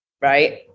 right